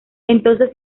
entonces